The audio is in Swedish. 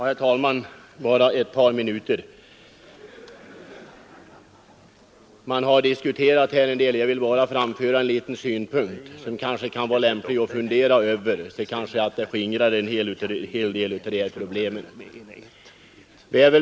Herr talman! Bara ett par minuter. Jag vill framföra en liten synpunkt som kan vara lämplig att fundera över; det skulle kanske skingra en hel del problem.